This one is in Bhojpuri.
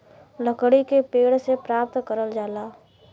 लकड़ी पेड़ से प्राप्त करल जाला